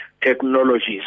technologies